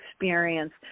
experience